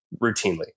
routinely